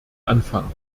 anfang